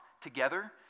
together